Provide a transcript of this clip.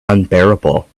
unbearable